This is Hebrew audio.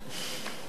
אם אתם מוכנים.